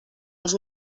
els